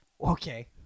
Okay